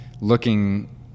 looking